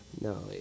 No